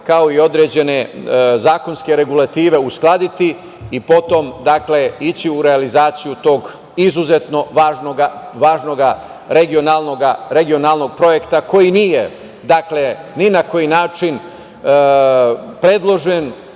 kao i određene zakonske regulative uskladiti i potom ići u realizaciju tog izuzetno važnog regionalnog projekta koji nije ni na koji način predložen